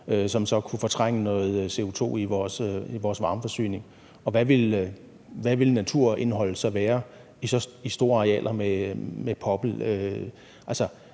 som så kunne fortrænge noget CO2 i vores varmeforsyning? Hvad ville naturindholdet så være med så store arealer med popler?